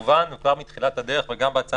במכוון כבר מתחילת הדרך וגם בהצעת החוק